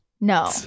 No